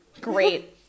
great